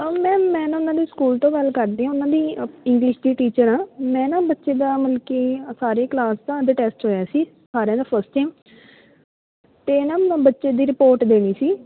ਅ ma'am ਮੈਂ ਨਾ ਉਨ੍ਹਾਂ ਦੇ ਸਕੂਲ ਤੋਂ ਗੱਲ ਕਰਦੀ ਹਾਂ ਉਹਨਾਂ ਦੀ ਇੰਗਲਿਸ਼ ਦੀ ਟੀਚਰ ਹਾਂ ਮੈਂ ਨਾ ਬੱਚੇ ਦਾ ਮਤਲਬ ਕਿ ਸਾਰੇ ਹੀ ਕਲਾਸ ਦਾ ਅੱਜ ਟੈਸਟ ਹੋਇਆ ਸੀ ਸਾਰਿਆਂ ਦਾ ਫਸਟ ਟਾਈਮ ਅਤੇ ਹੈ ਨਾ ਮੈਮ ਬੱਚੇ ਦੀ ਰਿਪੋਰਟ ਦੇਣੀ ਸੀ